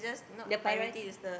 the priority